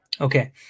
Okay